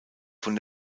von